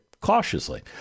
cautiously